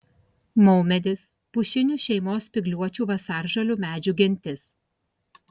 maumedis pušinių šeimos spygliuočių vasaržalių medžių gentis